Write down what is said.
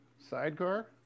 Sidecar